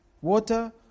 water